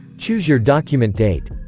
choose your document date